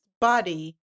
body